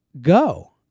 Go